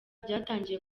byatangiye